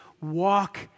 Walk